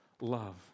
love